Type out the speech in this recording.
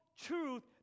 truth